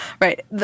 right